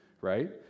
right